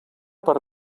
per